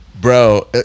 Bro